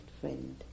friend